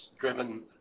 driven